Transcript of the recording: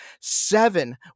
Seven